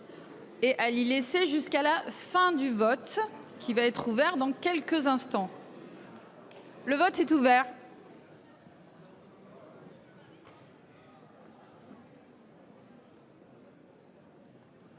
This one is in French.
Et Ali laisser jusqu'à la fin du vote qui va être ouvert dans quelques instants. Le vote est ouvert.